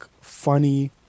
funny